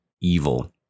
evil